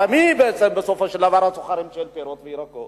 הרי מי בסופו של דבר סוחרים של פירות וירקות?